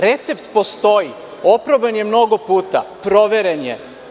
Recept postoji, oproban je mnogo puta, proveren je.